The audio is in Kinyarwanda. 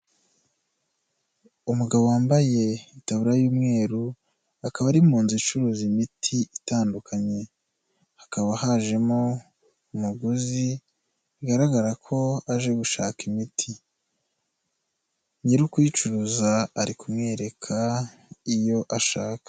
Umugabo wambaye itaburiya y'umweru akaba ari mu nzu icuruza imiti itandukanye, hakaba hajemo umuguzi bigaragara ko aje gushaka imiti, nyir'ukuyicuruza ari kumwereka iyo ashaka.